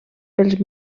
pels